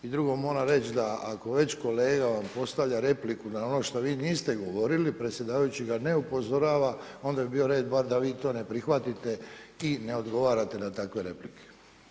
I drugo, moram reći da ako već kolega vam postavlja repliku na ono što vi niste govorili, predsjedavajući ga ne upozorava onda bi bio red bar da vi to ne prihvatite i ne odgovarate na takve replike.